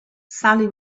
sally